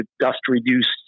dust-reduced